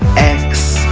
x,